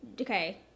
Okay